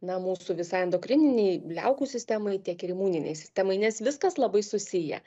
na mūsų visai endokrininei liaukų sistemai tiek ir imuninei sistemai nes viskas labai susiję